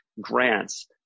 grants